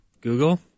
Google